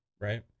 right